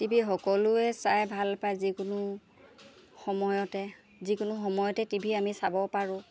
T V সকলোৱে চাই ভাল পায় যিকোনো সময়তে যিকোনো সময়তে টি ভি আমি চাব পাৰোঁ